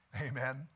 Amen